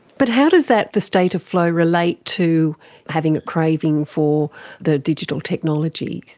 but how does that, the state of flow, relate to having a craving for the digital technology?